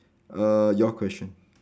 err your question